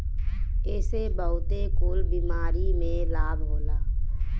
एसे बहुते कुल बीमारी में लाभ होला